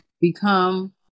become